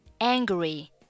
angry